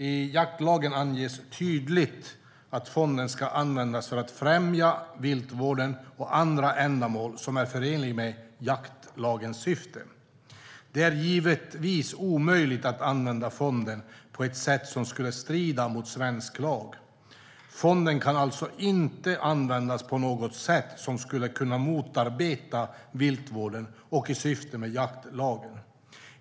I jaktlagen anges tydligt att fonden ska användas för att främja viltvården och andra ändamål som är förenliga med jaktlagens syfte. Det är givetvis omöjligt att använda fonden på ett sätt som skulle strida mot svensk lag. Fonden kan alltså inte användas på något sätt som skulle kunna motarbeta viltvården och syftet med jaktlagen.